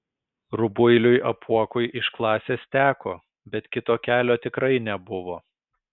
rubuiliui apuokui iš klasės teko bet kito kelio tikrai nebuvo